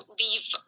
leave